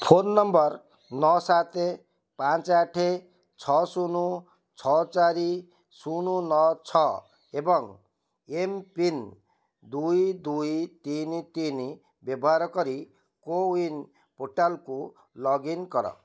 phone number ନଅ ସାତେ ପାଞ୍ଚେ ଆଠେ ଛଅ ଶୂନ୍ ଛଅ ଚାରି ଶୂନ୍ ନଅ ଛଅ ଏବଂ ଏମ୍ପିନ୍ ଦୁଇ ଦୁଇ ତିନି ତିନି ବ୍ୟବହାର କରି କୋୱିନ ପୋର୍ଟାଲକୁ ଲଗ୍ଇନ କର